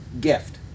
gift